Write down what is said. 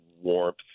warmth